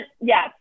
yes